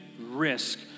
risk